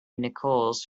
nichols